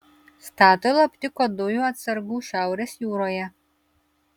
statoil aptiko dujų atsargų šiaurės jūroje